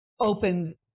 opened